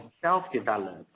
self-developed